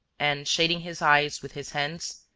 and, shading his eyes with his hands,